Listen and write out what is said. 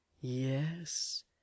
Yes